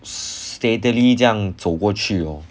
s~ steadily 这样走过去 lor